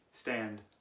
stand